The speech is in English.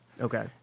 Okay